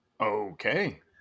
Okay